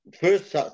first